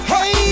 Hey